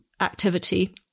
activity